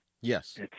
Yes